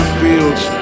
fields